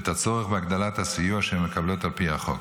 את הצורך בהגדלת הסיוע שהן מקבלות על פי החוק.